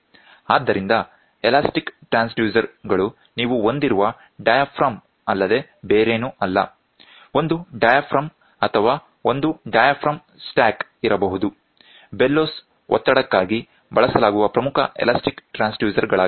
ಆದ್ದರಿಂದ elastic transducer ಗಳು ನೀವು ಹೊಂದಿರುವ ಡಯಾಫ್ರಾಮ್ ಅಲ್ಲದೆ ಬೇರೇನೂ ಅಲ್ಲ ಒಂದು ಡಯಾಫ್ರಾಮ್ ಅಥವಾ ಒಂದು ಡಯಾಫ್ರಾಮ್ ಸ್ಟ್ಯಾಕ್ ಇರಬಹುದು ಬೆಲೋಸ್ ಒತ್ತಡಕ್ಕಾಗಿ ಬಳಸಲಾಗುವ ಪ್ರಮುಖ ಎಲಾಸ್ಟಿಕ್ ಟ್ರಾನ್ಸ್ಡ್ಯೂಸರ್ ಗಳಾಗಿವೆ